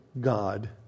God